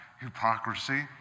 hypocrisy